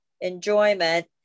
enjoyment